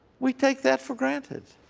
we take that for granted.